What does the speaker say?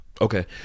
Okay